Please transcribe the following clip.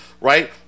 right